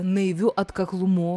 naiviu atkaklumu